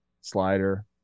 slider